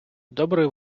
добрий